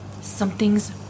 something's